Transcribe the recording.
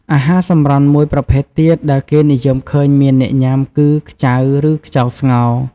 អាហារសម្រន់មួយប្រភេទទៀតដែលគេនិយមឃើញមានអ្នកញុំា គឺខ្ចៅ ឬ ខ្យងស្ងោរ។